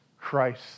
Christ